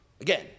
Again